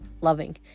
loving